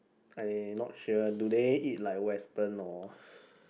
I not sure do they eat like Western or